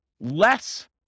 less